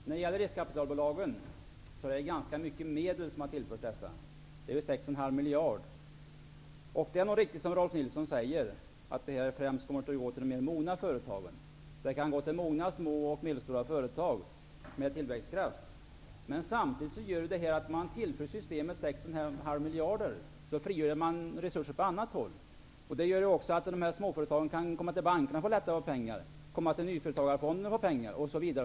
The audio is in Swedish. Herr talman! Det är ganska mycket medel som har tillförts riskkapitalbolagen, nämligen 6,5 miljarder kronor. Det är nog riktigt precis som Rolf L Nilson säger att dessa pengar främst kommer att gå till de mer mogna företagen. Det kan komma att gå till de mogna, små och medelstora företagen med tillväxtkraft. Samtidigt som man tillför systemet 6,5 miljarder kronor frigörs resurser på annat håll, vilket innebär att det blir lättare för småföretagen att låna pengar från bankerna, från Industri och nyföretagarfonden, osv.